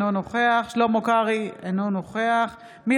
אינו נוכח שלמה קרעי,